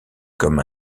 comme